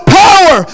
power